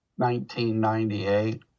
1998